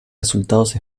resultados